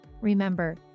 Remember